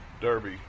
derby